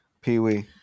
Pee-wee